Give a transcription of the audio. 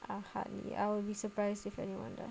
err hardly I'll be surprised if anyone does